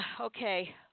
Okay